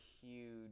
huge